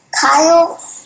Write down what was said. Kyle